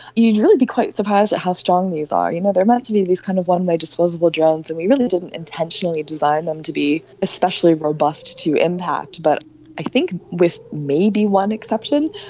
you'd really be quite surprised at how strong these are. you know they are meant to be these kind of one-way disposable drones and we really didn't intentionally design them to be especially robust to impact, but i think with maybe one exception,